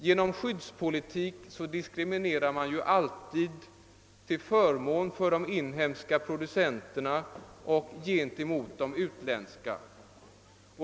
Genom skyddspolitik diskriminerar man alltid till förmån för de inhemska producenterna och mot de utländska.